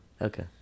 Okay